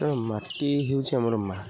ତେଣୁ ମାଟି ହେଉଛି ଆମର ମାଁ